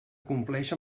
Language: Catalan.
compleix